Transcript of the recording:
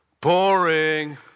boring